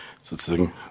sozusagen